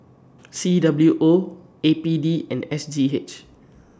C W O A P D and S G H